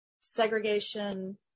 segregation